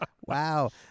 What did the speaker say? Wow